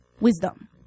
wisdom